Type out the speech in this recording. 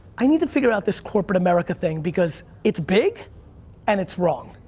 i need to figure out this corporate american thing because it's big and it's wrong.